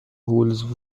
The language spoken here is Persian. هولز